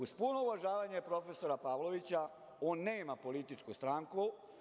Uz puno uvažavanje profesora Pavlovića, on nema političku stranku.